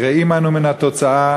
יראים אנו מן התוצאה,